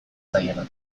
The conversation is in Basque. zailenak